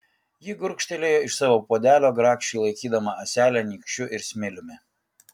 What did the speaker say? ji gurkštelėjo iš savo puodelio grakščiai laikydama ąselę nykščiu ir smiliumi